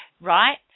right